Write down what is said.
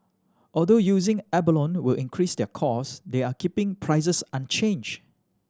although using abalone will increase their cost they are keeping prices unchanged